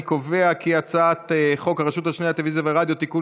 אני קובע כי הצעת חוק הרשות השנייה לטלוויזיה ורדיו (תיקון